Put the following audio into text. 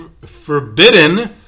forbidden